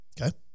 Okay